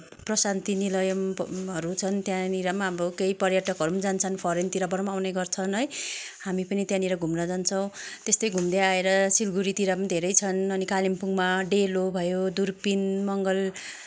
प्रशान्ति निलयमहरू छन् त्यहाँनिर पनि अब केही पर्यटकहरू पनि फरेनतिरबाट पनि आउने गर्छन् है हामी पनि त्यहाँनिर घुम्न जान्छौँ है त्यस्तै घुम्दै आएर सिलगडीतिर पन धेरै छन् अनि कालिम्पोङमा डेलो भयो दुर्पिन मङ्गल